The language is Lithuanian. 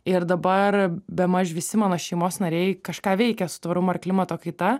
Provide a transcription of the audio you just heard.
ir dabar bemaž visi mano šeimos nariai kažką veikia su tvarumu ar klimato kaita